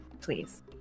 please